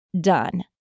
done